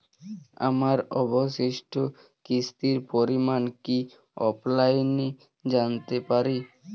আমার অবশিষ্ট কিস্তির পরিমাণ কি অফলাইনে জানতে পারি?